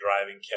driving